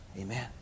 Amen